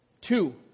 Two